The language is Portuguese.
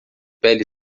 pele